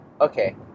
Okay